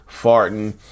farting